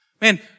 Man